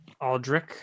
Aldrich